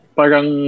parang